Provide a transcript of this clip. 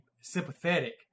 sympathetic